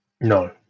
No